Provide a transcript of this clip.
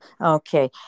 Okay